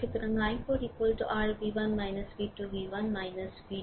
সুতরাং i4 r v 1 v 2 v 1 v 2 উপর 6